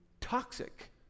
toxic